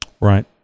Right